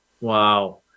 Wow